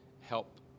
help